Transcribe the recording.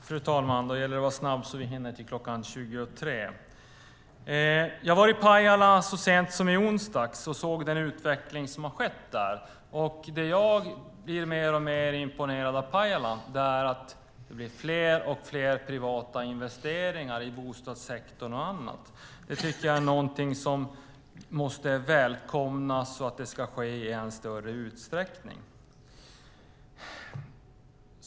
Fru talman! Jag var i Pajala så sent som i onsdags och såg den utveckling som har skett där. Det jag blir mer och mer imponerad av i Pajala är att det blir fler och fler privata investeringar i bostadssektorn och annat. Det tycker jag är någonting som måste välkomnas så att det sker i än större utsträckning.